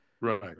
Right